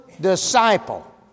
disciple